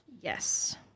Yes